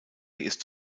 ist